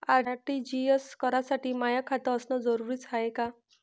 RTGS करासाठी माय खात असनं जरुरीच हाय का?